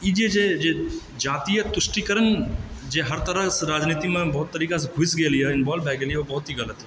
ई जे जातीय तुष्टिकरण जे हर तरह राजनीतिमे बहुत तरीकासंँ घुसि गेल यऽ इन्वोल्व भए गेल यऽ ओ बहुत ही गलत यऽ